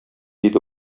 иде